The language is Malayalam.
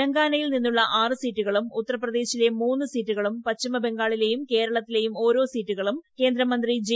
തെലങ്കാനയിൽ നിന്നുള്ള ആറ് സീറ്റുകളും ഉത്തർപ്രദേശിലെ മൂന്ന് സീറ്റുകളും പശ്ചിമ ബംഗാ ളിലെയൂം കേരളത്തിലെയൂം ഓരോ സീറ്റുകളും കേന്ദ്രമന്ത്രി ജെ